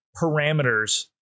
parameters